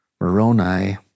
Moroni